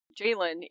Jalen